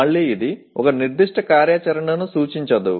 మళ్ళీ ఇది ఒక నిర్దిష్ట కార్యాచరణను సూచించదు